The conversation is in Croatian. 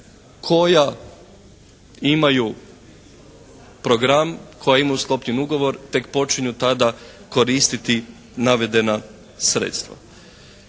koja imaju program, koja imaju sklopljen ugovor tek počinju tada koristiti navedena sredstva.